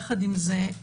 יחד עם זה,